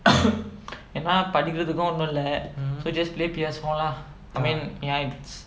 ஏன்னா படிக்கறதுக்கு ஒன்னும் இல்ல:yaenna padikkarathukku onnum illa so just play P_S four lah I mean ya it's